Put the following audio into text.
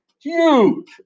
Huge